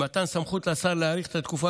עם מתן סמכות לשר להאריך את התקופה